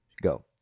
Go